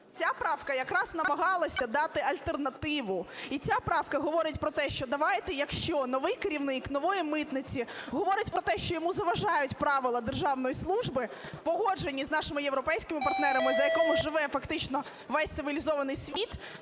Ця правка якраз намагалася дати альтернативу. І ця правка говорить про те, що давайте, якщо новий керівник нової митниці говорить про те, що йому заважають правила державної служби, погоджені з нашими європейськими партнерами, за якими живе фактично весь цивілізований світ,